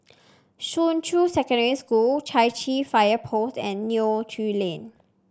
Shuqun Secondary School Chai Chee Fire Post and Neo Tiew Lane